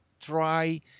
try